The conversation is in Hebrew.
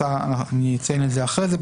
אני אציין את זה אחרי זה,